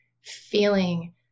feeling